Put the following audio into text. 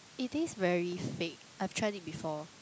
it is very fake I've tried it before